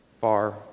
far